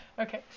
okay